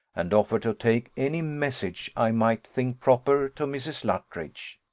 and offered to take any message i might think proper to mrs. luttridge.